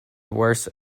worse